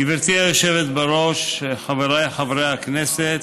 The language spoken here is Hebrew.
גברתי היושבת-ראש, חבריי חברי הכנסת,